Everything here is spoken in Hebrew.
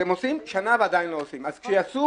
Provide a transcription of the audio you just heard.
עושים